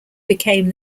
became